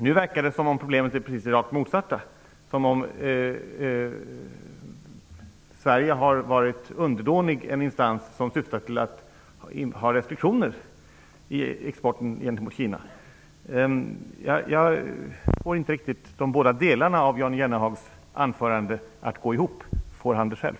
Nu verkar som om problemet är det rakt motsatta, som om Sverige varit undernådigt en instans vars syfte är att införa restriktioner i exporten gentemot Kina. Jag får inte riktigt de olika delarna av Jan Jennehags anförande att gå ihop. Får han det själv?